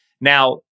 Now